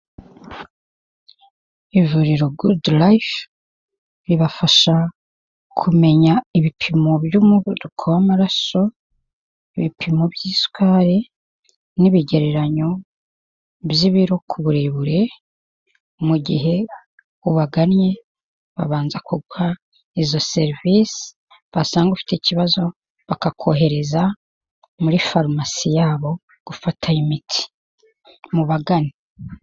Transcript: Ivuriro Goodlife ribafasha kumenya ibipimo by'umuvuduko w'amaraso, ibipimo by'isukari, n'ibigereranyo by'ibiro ku burebure, mu gihe ubagannye babanza kuguha izo serivisi, basanga ufite ikibazo bakakohereza muri farumasi yabo gufatayo imiti. Mubagane.